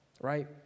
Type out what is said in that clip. right